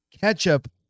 Ketchup